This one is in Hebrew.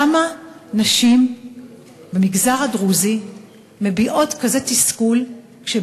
למה נשים במגזר הדרוזי מביעות תסכול כזה,